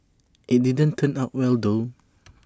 IT didn't turn out well though